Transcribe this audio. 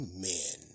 Amen